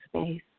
space